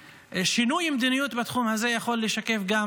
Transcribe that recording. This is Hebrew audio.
ושינוי מדיניות בתחום הזה יכול לשקף גם